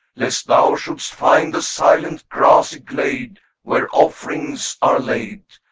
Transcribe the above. lest thou shouldst find the silent grassy glade where offerings are laid,